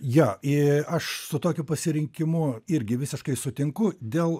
jo ė aš su tokiu pasirinkimu irgi visiškai sutinku dėl